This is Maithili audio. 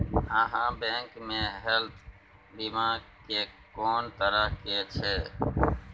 आहाँ बैंक मे हेल्थ बीमा के कोन तरह के छै?